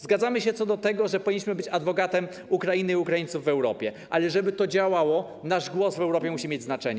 Zgadzamy się co do tego, że powinniśmy być adwokatem Ukrainy i Ukraińców w Europie, ale żeby to działało, nasz głos w Europie musi mieć znaczenie.